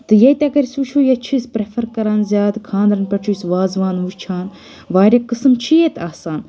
تہٕ ییٚتہِ اَگر أسۍ وٕچھو ییٚتہِ چھِ أسۍ پَریفَر کَران زِیادٕ کَھانٛدَرَن پؠٹھ چھ أسۍ وازوان وٕچَھان واریاہ قٕسٕم چھِ ییٚتہِ آسان